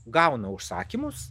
gauna užsakymus